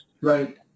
Right